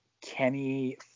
Kenny